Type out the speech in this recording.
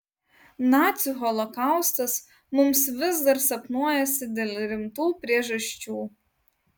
nacių holokaustas mums vis dar sapnuojasi dėl rimtų priežasčių